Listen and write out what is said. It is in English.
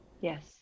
yes